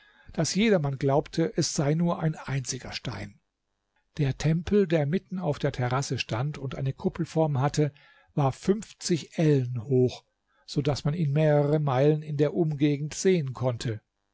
daß jedermann glaubte es sei nur ein einziger stein der tempel der mitten auf der terrasse stand und eine kuppelform hatte war fünfzig ellen hoch so daß man ihn mehrere meilen in der umgegend sehen konnte